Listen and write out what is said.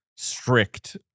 strict